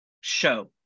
show